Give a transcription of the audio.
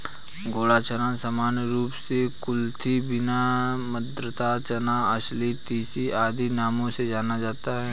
घोड़ा चना सामान्य रूप से कुलथी बीन, मद्रास चना, अलसी, तीसी आदि नामों से जाना जाता है